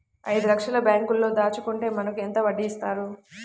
ఐదు లక్షల బ్యాంక్లో దాచుకుంటే మనకు ఎంత వడ్డీ ఇస్తారు?